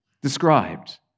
described